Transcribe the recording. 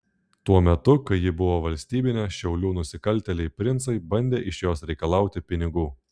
tuo metu kai ji buvo valstybinė šiaulių nusikaltėliai princai bandė iš jos reikalauti pinigų